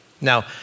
Now